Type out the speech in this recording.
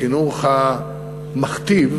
החינוך המכתיב,